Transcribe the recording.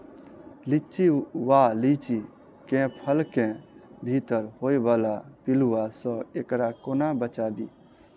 लिच्ची वा लीची केँ फल केँ भीतर होइ वला पिलुआ सऽ एकरा कोना बचाबी?